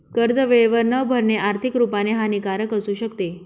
कर्ज वेळेवर न भरणे, आर्थिक रुपाने हानिकारक असू शकते